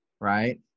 right